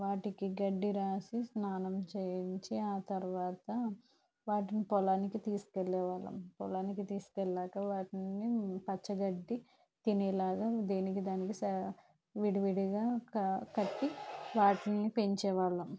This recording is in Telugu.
వాటికి గడ్డి రాసి స్నానం చేయించి ఆ తర్వాత వాటిని పొలానికి తీసుకెళ్ళేవాళ్ళం పొలానికి తీసుకెళ్ళాక వాటిని పచ్చగడ్డి తినేలాగా దేనికి దానికి సా విడివిడిగా కా కట్టి వాటిని పెంచే వాళ్ళం